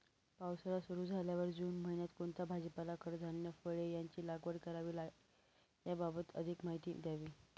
पावसाळा सुरु झाल्यावर जून महिन्यात कोणता भाजीपाला, कडधान्य, फळे यांची लागवड करावी याबाबत अधिक माहिती द्यावी?